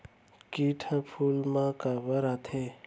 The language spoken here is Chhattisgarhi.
किट ह फूल मा काबर आथे?